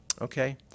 Okay